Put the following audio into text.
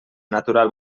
natural